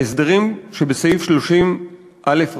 ההסדרים שבסעיף 30א,